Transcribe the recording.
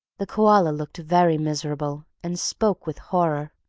the koala looked very miserable, and spoke with horror.